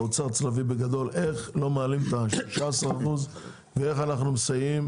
האוצר צריך להבין בגדול איך לא מעלים את 16 האחוזים ואיך אנחנו מסייעים